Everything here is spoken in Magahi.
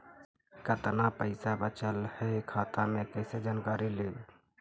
कतना पैसा बचल है खाता मे कैसे जानकारी ली?